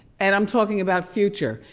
and i'm talking about future.